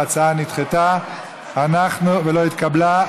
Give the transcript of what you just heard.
ההצעה נדחתה ולא התקבלה.